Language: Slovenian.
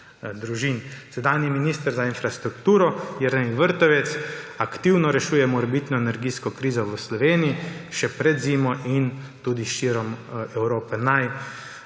ljudi. Sedanji minister za infrastrukturo Jernej Vrtovec aktivno rešuje morebitno energijsko krizo v Sloveniji še pred zimo in tudi širom Evrope. Naj